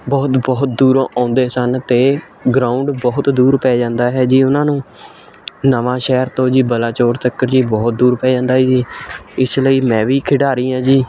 ਬਹੁਤ ਬਹੁਤ ਦੂਰੋਂ ਆਉਂਦੇ ਸਨ ਅਤੇ ਗਰਾਊਂਡ ਬਹੁਤ ਦੂਰ ਪੈ ਜਾਂਦਾ ਹੈ ਜੀ ਉਹਨਾਂ ਨੂੰ ਨਵਾਂਸ਼ਹਿਰ ਤੋਂ ਜੀ ਬਲਾਚੌਰ ਤੱਕ ਜੀ ਬਹੁਤ ਦੂਰ ਪੈ ਜਾਂਦਾ ਜੀ ਇਸ ਲਈ ਮੈਂ ਵੀ ਖਿਡਾਰੀ ਹਾਂ ਜੀ